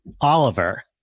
Oliver